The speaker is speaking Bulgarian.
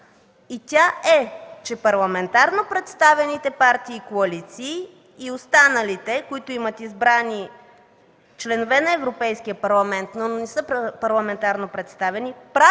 И тя е, че парламентарно представените партии и коалиции и останалите, които имат избрани членове на Европейския парламент, но не са парламентарно представени, правят